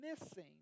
missing